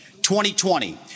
2020